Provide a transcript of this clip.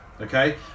Okay